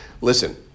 listen